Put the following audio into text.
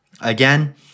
again